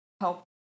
help